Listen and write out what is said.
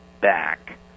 back